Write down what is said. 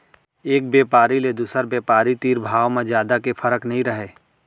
एक बेपारी ले दुसर बेपारी तीर भाव म जादा के फरक नइ रहय